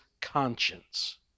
conscience